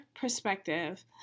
perspective